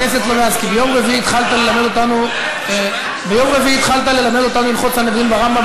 ביום רביעי התחלת ללמד אותנו הלכות סנהדרין ברמב"ם,